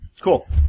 Cool